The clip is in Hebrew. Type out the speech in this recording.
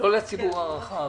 לא לציבור הרחב.